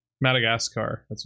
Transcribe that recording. Madagascar